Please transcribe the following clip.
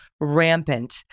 rampant